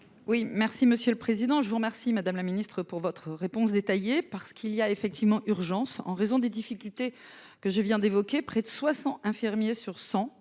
Oui, merci Monsieur le Président, je vous remercie. Madame la Ministre pour votre réponse détaillée par ce qu'il y a effectivement urgence en raison des difficultés que je viens d'évoquer. Près de 60 infirmier sur 100